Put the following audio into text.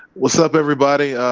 what's up, everybody? ah,